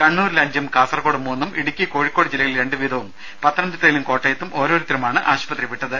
കണ്ണൂരിൽ അഞ്ചും കാസർകോട് മൂന്നും ഇടുക്കി കോഴിക്കോട് ജില്ലകളിൽ രണ്ട് വീതവും പത്തനംതിട്ടയിലും കോട്ടയത്തും ഓരോരുത്തരുമാണ് ആശുപത്രി വിട്ടത്